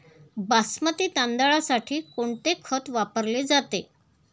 बासमती तांदळासाठी कोणते खत वापरले जाते?